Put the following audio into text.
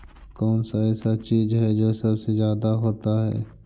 कौन सा ऐसा चीज है जो सबसे ज्यादा होता है?